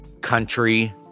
country